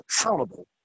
accountable